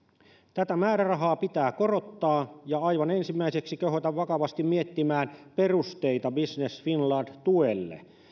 tätä määrärahaa pitää korottaa ja aivan ensimmäiseksi kehotan vakavasti miettimään perusteita business finland tuelle